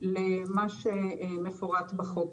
למה שמפורט בחוק.